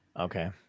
Okay